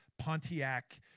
Pontiac